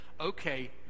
okay